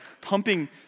pumping